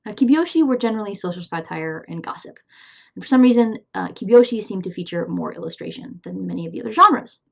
ah kibyoushi were generally social satire and gossip. but for some reason kibyoushi seemed to feature more illustration than many of the other genres.